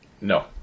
No